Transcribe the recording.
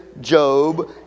job